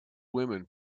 women